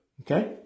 Okay